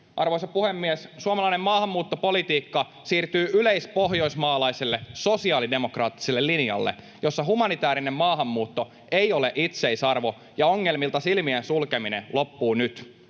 Arvoisa puhemies! Suomalainen maahanmuuttopolitiikka siirtyy yleispohjoismaalaiselle, sosiaalidemokraattiselle linjalle, jossa humanitäärinen maahanmuutto ei ole itseisarvo, ja ongelmilta silmien sulkeminen loppuu nyt.